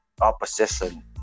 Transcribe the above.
opposition